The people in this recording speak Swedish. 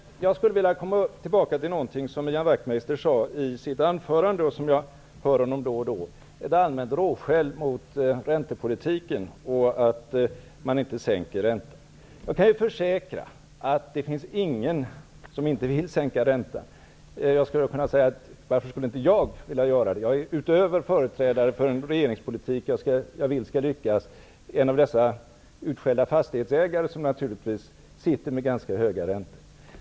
Jag skulle vilja återkomma till något som Ian Wachtmeister sade i sitt anförande och som jag hört honom tala om då och då, ett allmänt råskäll riktat mot räntepolitiken och mot att man inte sänker räntan. Jag kan försäkra att det inte finns någon som inte vill sänka räntan. Jag skulle kunna säga: Varför skulle inte jag vilja göra det? Jag är, utöver företrädare för en regeringspolitik som jag vill skall lyckas, en av dessa utskällda fastighetsägare som naturligtvis har ganska höga räntor.